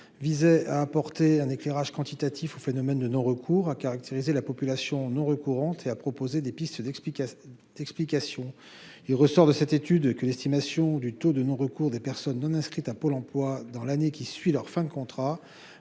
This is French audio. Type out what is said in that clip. visait à apporter un éclairage quantitatif au phénomène de non recours à caractériser la population nous recourant et à proposer des pistes d'explication explication il ressort de cette étude que l'estimation du taux de non recours des personnes non inscrites à Pôle Emploi dans l'année qui suit leur fin de contrat